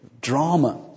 drama